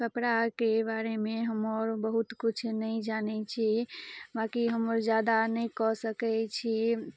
कपड़ाके बारे मे हमर बहुत कुछ नै जानै छी बाँकी हमर जादा नै कऽ सकै छी